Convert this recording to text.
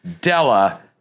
Della